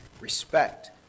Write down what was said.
respect